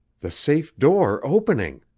the safe door opening.